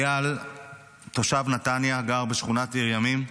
חייל תושב נתניה, גר בשכונת עיר ימים.